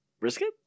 Brisket